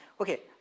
Okay